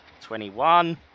Twenty-one